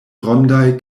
rondaj